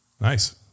Nice